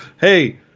Hey